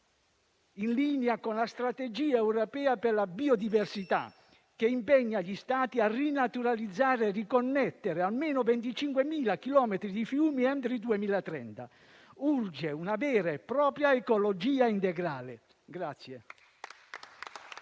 in linea con la strategia europea per la biodiversità, che impegna gli Stati a rinaturalizzare e riconnettere almeno 25.000 chilometri di fiumi entro il 2030. Urge una vera e propria ecologia integrale.